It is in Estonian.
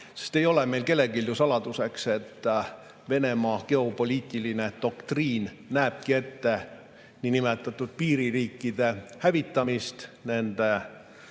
meile ju kellelegi saladuseks, et Venemaa geopoliitiline doktriin näebki ette niinimetatud piiririikide hävitamist, nende